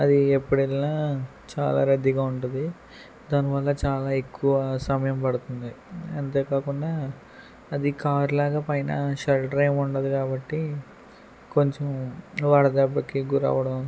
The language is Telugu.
అది ఎప్పుడు వెళ్ళినా చాలా రద్దీగా ఉంటుంది దాని వల్ల చాలా ఎక్కువ సమయం పడుతుంది అంతేకాకుండా అది కార్ లాగా పైన షెల్టర్ ఏమి ఉండదు కాబట్టి కొంచం వడదెబ్బకి గురవ్వడం